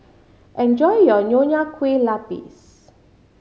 enjoy your Nonya Kueh Lapis